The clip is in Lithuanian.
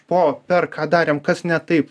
po per ką darėm kas ne taip